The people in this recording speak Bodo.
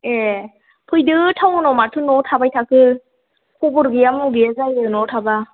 ए फैदो टाउनाव माथो न'आव थाबाय थाखो खबर गौया मबर गैया जायो न'आव थाबा